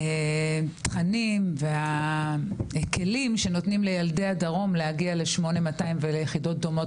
התכנים והכלים שנותנים לילדי הדרום להגיע ל-8200 וליחידות דומות,